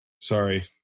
Sorry